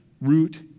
root